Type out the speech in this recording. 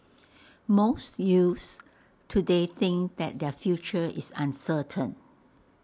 most youths today think that their future is uncertain